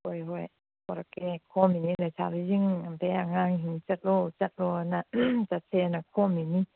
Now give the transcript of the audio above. ꯍꯣꯏ ꯍꯣꯏ ꯄꯣꯔꯛꯀꯦ ꯈꯣꯝꯃꯤꯅꯦ ꯂꯩꯁꯥꯕꯤꯁꯤꯡ ꯑꯗꯩ ꯑꯉꯥꯡꯁꯤꯡ ꯆꯠꯂꯣ ꯆꯠꯂꯣꯅ ꯆꯠꯁꯦꯅ ꯈꯣꯝꯃꯤꯅꯤ